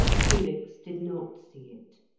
felix did not see it,